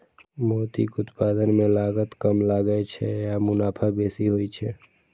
मोतीक उत्पादन मे लागत कम लागै छै आ मुनाफा बेसी होइ छै